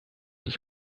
ich